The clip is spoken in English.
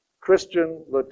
Christian